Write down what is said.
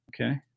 Okay